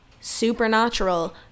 Supernatural